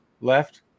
left